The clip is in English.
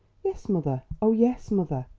yes, mother oh, yes, mother.